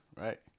right